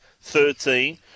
thirteen